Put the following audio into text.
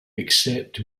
except